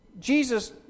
Jesus